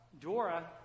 Dora